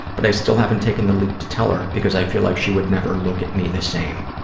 but i still haven't taken the leap to tell her because i feel like she would never look at me the same.